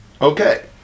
Okay